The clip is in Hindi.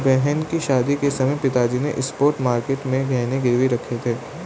बहन की शादी के समय पिताजी ने स्पॉट मार्केट में गहने गिरवी रखे थे